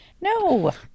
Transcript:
No